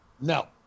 No